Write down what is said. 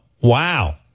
wow